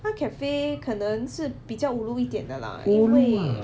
那 cafe 可能是比较 ulu 一点的啦因为